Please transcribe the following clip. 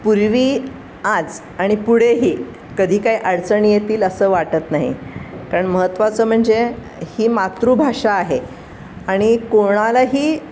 पूर्वी आज आणि पुढेही कधी काही अडचणी येतील असं वाटत नाही कारण महत्त्वाचं म्हणजे ही मातृभाषा आहे आणि कोणालाही